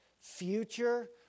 future